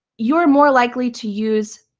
you're and more likely to use